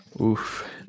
Oof